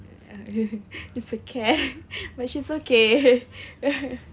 it's a cat but she's okay